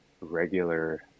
regular